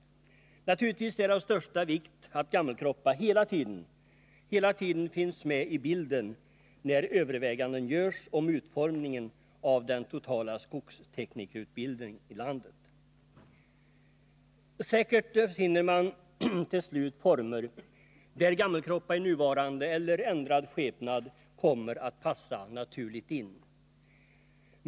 Naturligtvis är det av största vikt att Gammelkroppa hela tiden finns med i bilden när överväganden görs om utformningen av den totala skogsteknikerutbildningen i landet. Säkert finner man till slut former där Gammelkroppa i nuvarande eller ändrad skepnad kommer att passa naturligt in.